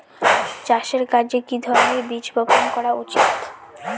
চাষের কাজে কি ধরনের বীজ বপন করা উচিৎ?